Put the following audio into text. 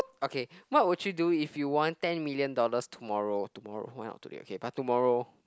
okay what would you do if you won ten million dollars tomorrow tomorrow why not today okay but tomorrow